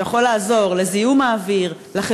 שיכול לעזור למניעת זיהום האוויר,